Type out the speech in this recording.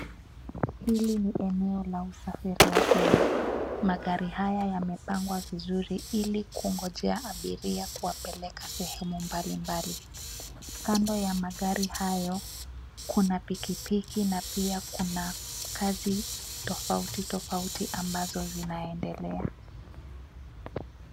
Hili ni eneo la usafiri wa umma. Magari haya yamepangwa vizuri ili kungojea abiria kuwapeleka sehemu mbalimbali. Kando ya magari hayo, kuna pikipiki na pia kuna kazi tofauti tofauti ambazo zinazoendelea.